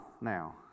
now